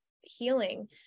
healing